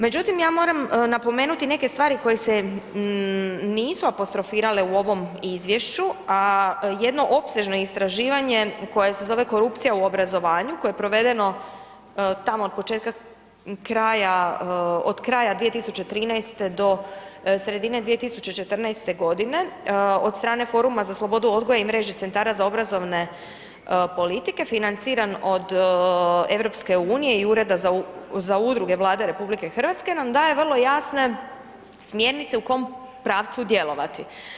Međutim, ja moram napomenuti neke stvari koje se nisu apostrofirale u ovom izvješću a jedno opsežno istraživanje koje se zove korupcija u obrazovanju, koje je provedeno, tamo od početka, od kraja 2013. do sredine 2014. g. od strane Foruma za slobodu odgoja i mreži centara za obrazovne politike, financiran od EU i Ureda za udruge Vlade RH, nam daje vrlo jasne smjernice u kojem pravcu djelovati.